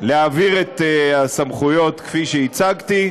להעביר את הסמכויות כפי שהצגתי,